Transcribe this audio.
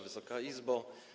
Wysoka Izbo!